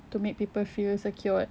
to make people feel secured